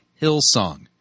Hillsong